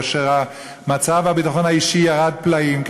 כאשר מצב הביטחון האישי ירד פלאים,